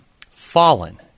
fallen